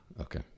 Okay